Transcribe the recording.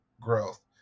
growth